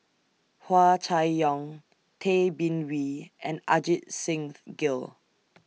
Hua Chai Yong Tay Bin Wee and Ajit Singh Gill